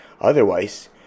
Otherwise